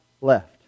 left